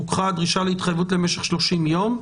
רוככה הדרישה להתחייבות למשך 30 ימים.